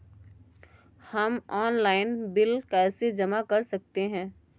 हम online bill कैसे जमा कर सकते हैं?